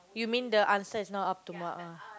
you mean the answer is not up to mark ah